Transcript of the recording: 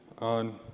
on